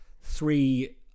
three